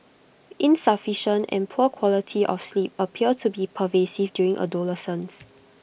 insufficient and poor quality of sleep appear to be pervasive during adolescence